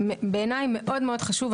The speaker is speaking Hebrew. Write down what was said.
בעיניי זה מאוד חשוב.